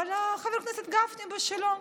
אבל חבר הכנסת גפני בשלו.